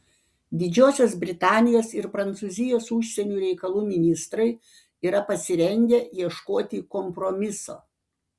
didžiosios britanijos ir prancūzijos užsienio reikalų ministrai yra pasirengę ieškoti kompromiso